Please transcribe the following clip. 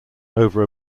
over